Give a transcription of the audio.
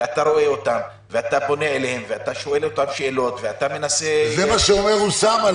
אתה פונה אליהם ואתה שואל אותם שאלות --- זה מה שאומר אוסמה,